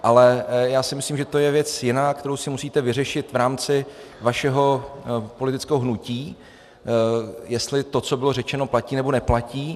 Ale já si myslím, že to je věc jiná, kterou si musíte vyřešit v rámci vašeho politického hnutí, jestli to, co bylo řečeno, platí, nebo neplatí.